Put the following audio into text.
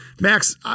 Max